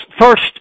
first